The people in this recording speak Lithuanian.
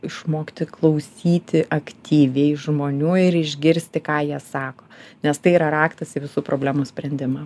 išmokti klausyti aktyviai žmonių ir išgirsti ką jie sako nes tai yra raktas į visų problemų sprendimą